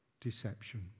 deception